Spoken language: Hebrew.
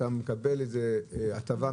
אתה מקבל איזו הטבה?